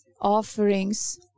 offerings